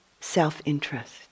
self-interest